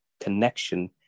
connection